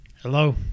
Hello